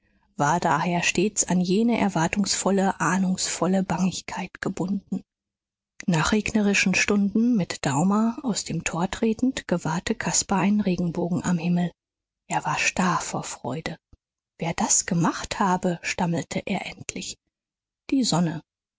war daher stets an jene erwartungsvolle ahnungsvolle bangigkeit gebunden nach regnerischen stunden mit daumer aus dem tor tretend gewahrte caspar einen regenbogen am himmel er war starr vor freude wer das gemacht habe stammelte er endlich die sonne